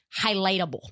highlightable